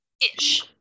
Ish